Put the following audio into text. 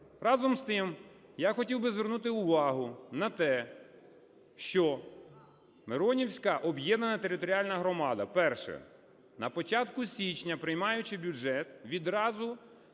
Разом з тим, я хотів би звернути увагу на те, що Миронівська об'єднана територіальна громада – перше – на початку січня приймаючи бюджет, відразу